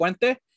Puente